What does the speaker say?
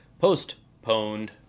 postponed